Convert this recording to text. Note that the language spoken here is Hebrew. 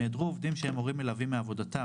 נעדרו עובדים שהם הורים מלווים מעבודתם